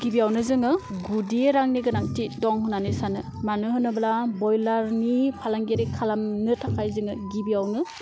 गिबियावनो जोङो गुदि रांनि गोनांथि दं होन्नानै सानो मानो होनोब्ला ब्रइलारनि फालांगिरि खालामनो थाखाय जोङो गिबियावनो